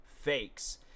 fakes